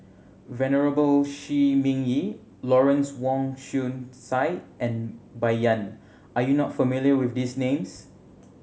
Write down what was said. Venerable Shi Ming Yi Lawrence Wong Shyun Tsai and Bai Yan are you not familiar with these names